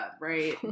right